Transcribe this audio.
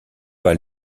pas